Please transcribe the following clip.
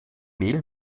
mehl